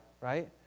right